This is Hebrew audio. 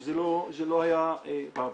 שזה לא היה בעבר.